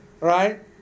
Right